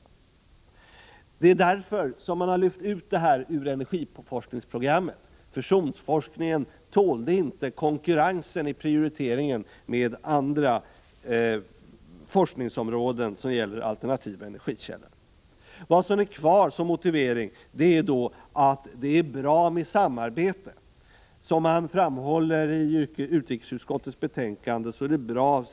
Av den anledningen har man lyft ut detta ur energiforskningsprogrammet. Fusionsforskningen tålde inte konkurrensen i prioriteringen med andra forskningsområden, som gäller alternativa energikällor. Vad som är kvar såsom motivering är då att det är bra med samarbete. Som man framhåller i utrikesutskottets betänkande är det bra